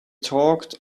talked